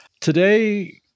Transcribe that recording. Today